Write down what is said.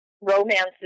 Romances